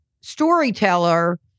storyteller